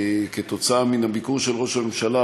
כתוצאה מן הביקור של ראש הממשלה,